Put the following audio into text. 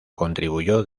contribuyó